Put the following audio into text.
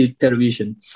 television